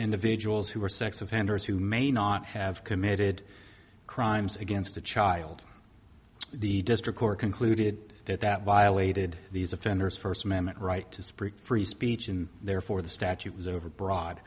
individuals who were sex offenders who may not have committed crimes against a child the district court concluded that that violated these offenders first amendment right to support free speech and therefore the statute was overbroad